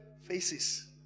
faces